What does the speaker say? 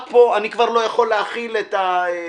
עד פה, אני כבר לא יכול להכיל את זה.